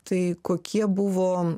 tai kokie buvo